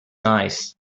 nice